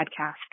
podcast